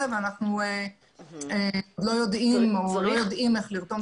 ואנחנו לא יודעים איך לרתום את הרשתות.